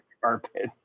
carpet